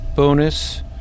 bonus